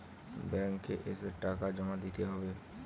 Bank এ এসে টাকা জমা দিতে হবে?